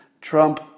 Trump